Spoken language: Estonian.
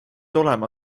olema